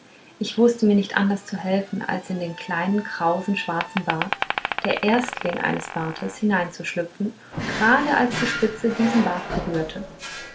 ich wußte mir nicht an ders zu helfen als in den kleinen krausen schwarzen bart der erstling eines bartes hineinzuschlüpfen grade als die spitze diesen bart berührte